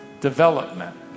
development